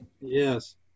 Yes